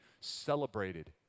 celebrated